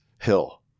hill